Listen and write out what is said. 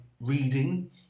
reading